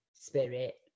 spirit